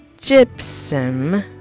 gypsum